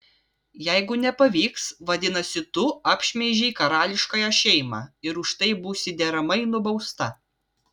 jeigu nepavyks vadinasi tu apšmeižei karališkąją šeimą ir už tai būsi deramai nubausta